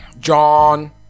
John